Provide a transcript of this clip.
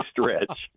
stretch